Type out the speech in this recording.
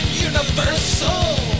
Universal